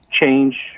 change